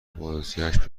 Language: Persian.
بازگشت